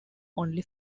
only